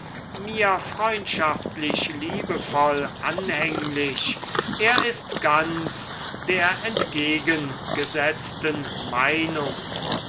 mir freundschaftlich liebevoll anhänglich er ist ganz der entgegengesetzten meinung